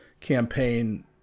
campaign